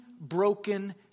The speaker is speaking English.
broken